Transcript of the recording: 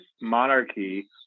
monarchy